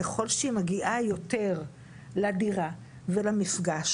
ככל שהיא מגיעה יותר לדירה ולמפגש,